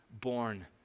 born